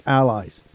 allies